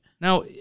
Now